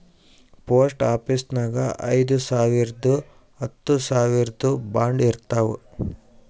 post ಆಫೀಸ್ನಾಗ್ ಐಯ್ದ ಸಾವಿರ್ದು ಹತ್ತ ಸಾವಿರ್ದು ಬಾಂಡ್ ಇರ್ತಾವ್